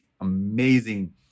amazing